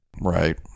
Right